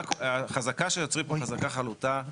החזקה שיוצרים פה היא חזקה חלוטה.